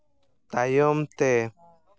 ᱛᱟᱭᱚᱢᱛᱮ